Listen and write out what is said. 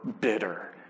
bitter